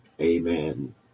Amen